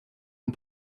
and